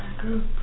group